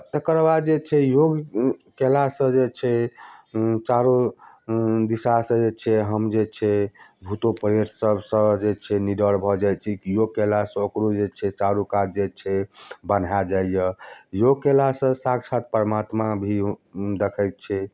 आ तकर बाद जे छै योग कयलासँ जे छै चारू दिशासँ जे छै हम जे छै भूतो प्रेत सभसँ जे छै निडर भऽ जाइ छी योग कयलासँ ओकरो जे छै चारू कात जे छै बन्हा जाइए योग कयलासँ साक्षात परमात्मा भी देखाइत छै